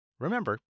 Remember